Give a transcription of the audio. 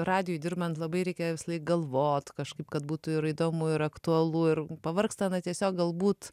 radijuj dirbant labai reikia visąlaik galvot kažkaip kad būtų ir įdomu ir aktualu ir pavargsta na tiesiog galbūt